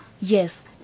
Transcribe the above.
Yes